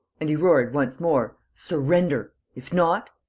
and he roared, once more, surrender. if not!